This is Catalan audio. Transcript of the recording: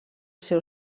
seu